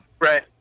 Right